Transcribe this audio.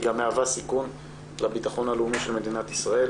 גם מהווה סיכון לביטחון הלאומי של מדינת ישראל.